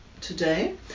today